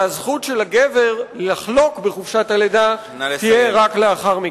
והזכות של הגבר לחלוק בחופשת הלידה תהיה רק לאחר מכן.